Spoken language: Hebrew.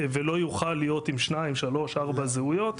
ולא יוכל להיות עם שניים שלוש ארבע זהויות,